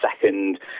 second